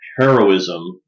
heroism